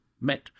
met